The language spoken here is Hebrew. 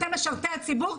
אתם משרתי הציבור,